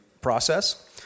process